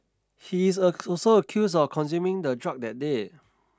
he is also accused of consuming the drug that day